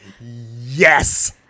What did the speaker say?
Yes